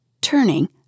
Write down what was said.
Turning